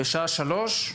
בשעה שלוש,